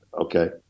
okay